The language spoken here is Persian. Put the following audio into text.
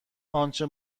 آنچه